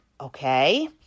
Okay